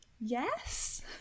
Yes